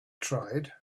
tried